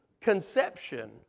conception